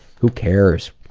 who cares,